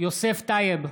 יוסף טייב,